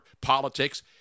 politics